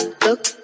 look